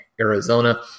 Arizona